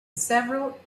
several